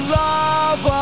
love